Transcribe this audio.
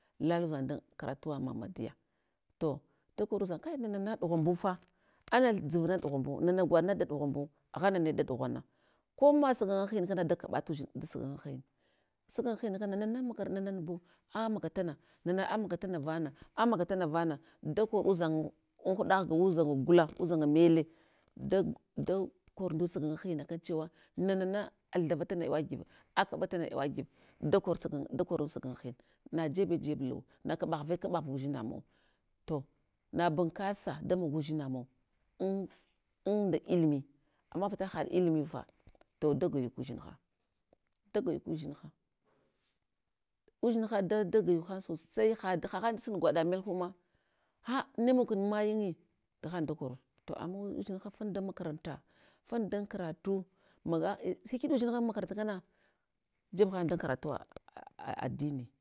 Lala udzana, dan karantuwa mammadiya to da kor udzan nana na ɗughanbu fa andzuvna ɗughanbu, nana gwaɗna da ɗughambu, agha nane da ɗughana, ko masa ganangahin kana da kaɓa tudzin nda sagan'nga hin, sagan'nga hin na kanana nana amakara nana nabo amaga tana nana amaga tana vana, amaga tana vana, dakor udzan, anhuɗa ghga uszanga gula udzanga mele da kor ndu sagan'nga hinna akan chewa na na na athava tana awagive akaɓa tana awagiv, dakor sang dakram sagn'nga hin, najebe jeb luwa na kaɓave kabava udzina mau to nabun kasa damogu dzina mau, un, un nda illimi, ama vita ha illmiyufa to dagwayuk udzinha da gwayuk udzinha, udzinha da dagwayuk han sosai, had hahan dasun gwaɗa melhu ma, ha ne mogukun mayinyi gahan dakoro to ama udzinha fanl dan makaranta, fanl dan karatu, maga a hyahyiɗa udzina makaranta ngana jeb han dan karantuwa a adini.